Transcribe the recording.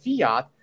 fiat